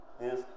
Yes